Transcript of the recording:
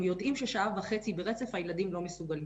יודעים ששעה וחצי ברצף הילדים לא מסוגים.